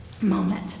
moment